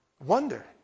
wonder